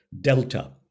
delta